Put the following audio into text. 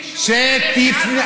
תן לי אישור להיכנס לעזה.